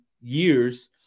years